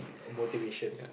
motivation